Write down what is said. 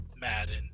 Madden